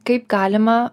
kaip galima